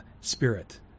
spirit